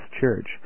church